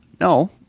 no